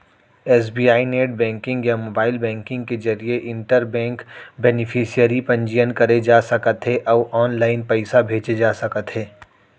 SBI net banking या mobile banking के जरिए इंटर बेंक बेनिफिसियरी पंजीयन करे जा सकत हे अउ ऑनलाइन पइसा भेजे जा सकत हे